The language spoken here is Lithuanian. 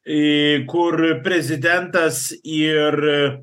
į kur prezidentas ir